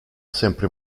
sempre